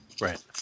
Right